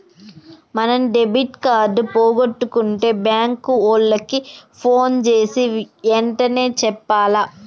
మనం debit card పోగొట్టుకుంటే bank ఓళ్ళకి పోన్ జేసీ ఎంటనే చెప్పాల